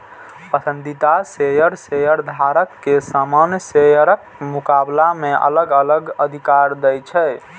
पसंदीदा शेयर शेयरधारक कें सामान्य शेयरक मुकाबला मे अलग अलग अधिकार दै छै